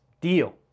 deal